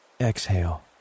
exhale